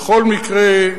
בכל מקרה,